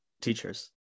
teachers